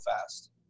fast